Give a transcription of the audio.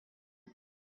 you